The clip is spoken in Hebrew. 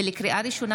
לקריאה ראשונה,